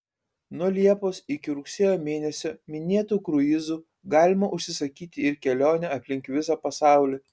nuo liepos iki rugsėjo mėnesio minėtu kruizu galima užsisakyti ir kelionę aplink visą pasaulį